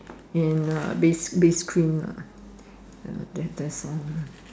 and uh base base cream lah ya that that's all